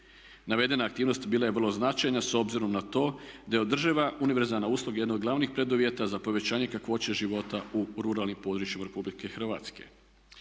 Navedena aktivnost bila je vrlo značajna s obzirom na to da je održiva univerzalna usluga jedna od glavnih preduvjeta za povećanje kakvoće života u ruralnim područjima Republike Hrvatske.